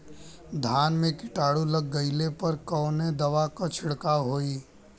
धान में कीटाणु लग गईले पर कवने दवा क छिड़काव होई?